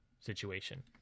situation